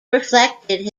reflected